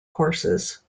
courses